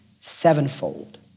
sevenfold